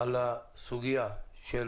על הסוגיה של